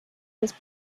his